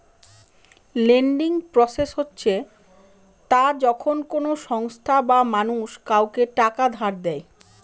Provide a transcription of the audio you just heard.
lending process হচ্ছে তা যখন কোনো সংস্থা বা মানুষ কাউকে টাকা ধার দেয়